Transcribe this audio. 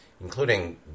including